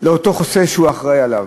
כלפי אותו חסוי שהוא אחראי עליו,